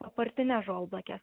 apartines žolblakes